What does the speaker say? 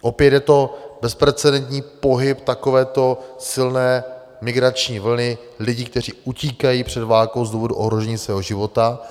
Opět je to bezprecedentní pohyb takovéto silné migrační vlny lidí, kteří utíkají před válkou z důvodu ohrožení svého života.